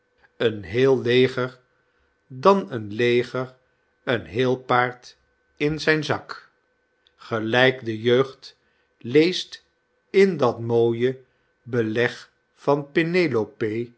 een heel leger dan een leger een heel paard in zijn zak gelijk de jeugd leest in dat mooie beleg van